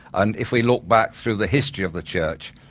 and if we look back through the history of the church,